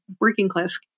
working-class